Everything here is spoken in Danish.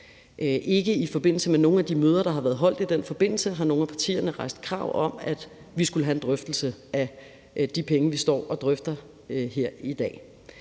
Ikke i forbindelse med nogen af de møder, der har været holdt i den forbindelse, har nogen af partierne rejst krav om, at vi skulle have en drøftelse af de penge, vi står og drøfter her i dag.